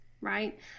right